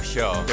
Show